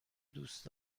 دوست